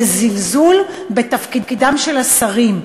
וזלזול בתפקידם של השרים,